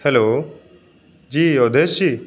hello ji Avdhesh जी